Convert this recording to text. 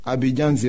Abidjan